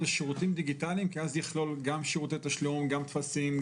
ממלא טפסים.